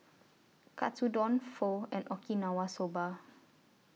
Katsudon Pho and Okinawa Soba